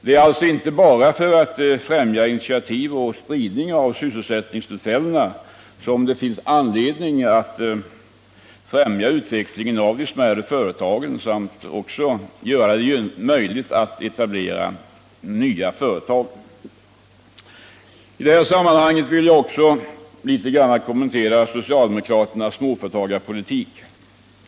Det är alltså inte bara för att främja initiativ och spridning av sysselsättningstillfällena som det finns anledning att främja utvecklingen av de mindre företagen och göra det möjligt att etablera nya företag. I detta sammanhang vill jag också något kommentera socialdemokraternas småföretagarpolitik.